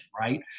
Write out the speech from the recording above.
right